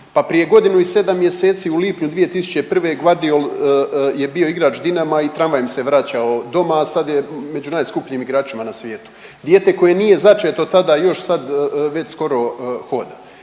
prije godinu i 7 mjeseci u lipnju 2021. Gvardiol je bio igrač Dinama i tramvajem se vraćao doma, a sad je među najskupljim igračima na svijetu. Dijete koje nije začeto tada još sad već skoro hoda.